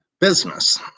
business